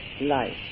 life